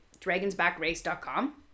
dragonsbackrace.com